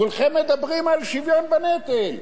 כולכם מדברים על שוויון בנטל,